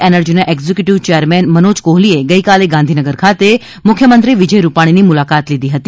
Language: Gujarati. એનર્જીના એક્ઝિક્વુટીવ ચેરમેન મનોજ કોહલીએ ગઇકાલે ગાંધીનગર ખાતે મુખ્યમંત્રી વિજય રૂપ ાણીની મુલાકાત લીધી હતી